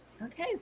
Okay